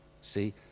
See